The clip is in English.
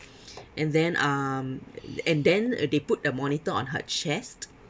and then um and then they put a monitor on her chest